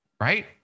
right